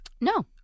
No